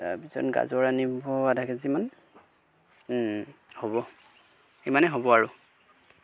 তাৰপিছত গাজৰ আনিব আধা কে জিমান হ'ব সিমানেই হ'ব আৰু